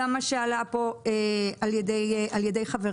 גם מה שעלה פה על ידי חבריי.